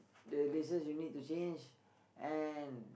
the laces you need to change and